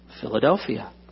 Philadelphia